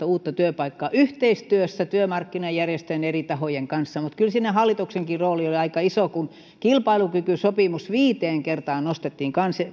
uutta työpaikkaa yhteistyössä työmarkkinajärjestöjen eri tahojen kanssa mutta kyllä siinä hallituksenkin rooli oli aika iso kun kilpailukykysopimus viiteen kertaan nostettiin